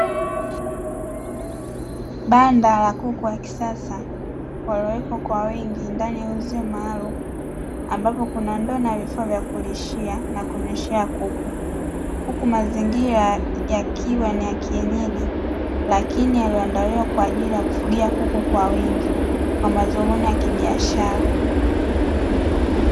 Banda la kuku wa kisasa waliowekwa kwa wingi ndani ya uzio maalumu, ambapo kuna ndoo na vifaa vya kulishia na kunyweshea kuku, huku mazingira yakiwa ni ya kienyeji lakini yaliyoandaliwa kwa ajili ya kufugia kuku kwa wingi kwa madhumuni ya kibiashara.